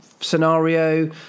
scenario